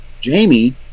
Jamie